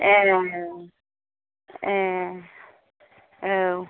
ए ए औ